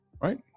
right